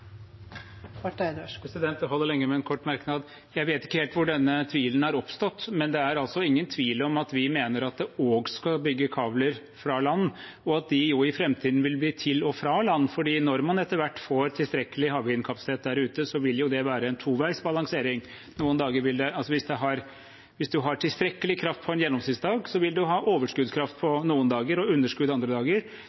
holder lenge med en kort merknad. Jeg vet ikke helt hvor denne tvilen har oppstått, men det er altså ingen tvil om at vi mener at det også skal bygges kabler fra land, og at de i framtiden vil bli til og fra land, for når man etter hvert får tilstrekkelig havvindkapasitet der ute, vil det være en toveisbalansering. Hvis man har tilstrekkelig kraft på en gjennomsnittsdag, vil man ha overskuddskraft på noen dager og underskudd andre dager. Det